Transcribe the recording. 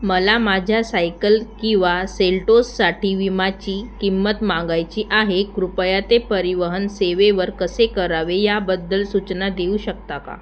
मला माझ्या सायकल किंवा सेल्टोससाठी विम्याची किंमत मागायची आहे कृपया ते परिवहन सेवेवर कसे करावे याबद्दल सूचना देऊ शकता का